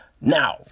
Now